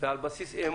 זה היה על בסיס אמון,